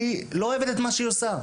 כי היא לא אוהבת את מה שהיא עושה.